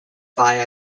via